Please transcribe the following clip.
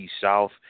south